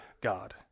God